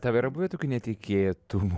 tau yra buvę tokių netikėtumų